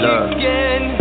again